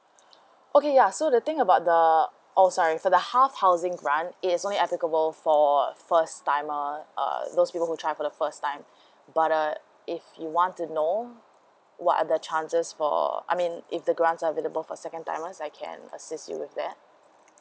okay ya so the thing about the oh sorry for the half housing grant it is only applicable for first timer uh those people who try for the first time but err if you want to know what are the chances for I mean if the grant are available for second timer I can assist you with that